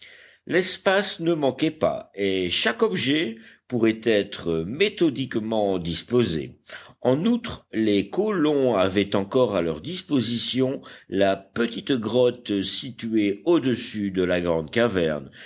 l'espace ne manquait pas et chaque objet pourrait être méthodiquement disposé en outre les colons avaient encore à leur disposition la petite grotte située au-dessus de la grande caverne